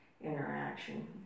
interaction